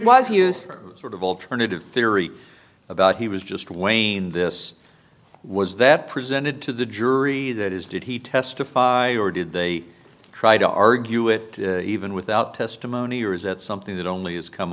used sort of alternative theory about he was just wayne this was that presented to the jury that is did he testify or did they try to argue it even without testimony or is it something that only has come